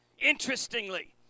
Interestingly